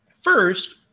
First